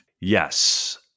Yes